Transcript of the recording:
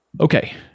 Okay